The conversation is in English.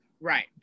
right